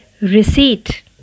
Receipt